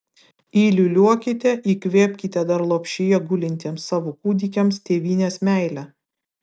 įliūliuokite įkvėpkite dar lopšyje gulintiems savo kūdikiams tėvynės meilę